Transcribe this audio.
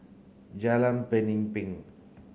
Jalan Pemimpin